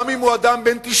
גם אם הוא אדם בן 90: